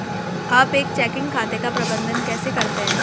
आप एक चेकिंग खाते का प्रबंधन कैसे करते हैं?